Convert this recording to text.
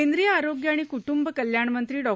केंद्रीय आरोग्य आणि कुटुंब कल्याणमंत्री डॉ